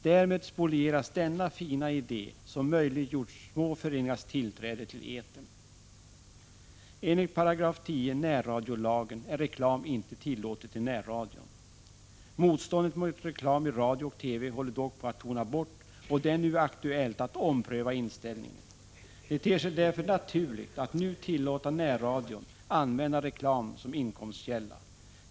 Därmed spolieras denna fina idé som möjliggjort små föreningars tillträde till etern. Enligt 10 § närradiolagen är reklam inte tillåten i närradion. Motståndet mot reklam i radio och TV håller dock på att tona bort, och det är aktuellt att ompröva inställningen. Det ter sig därför naturligt att nu tillåta närradion att använda reklam som inkomstkälla.